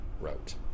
wrote